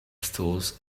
stalls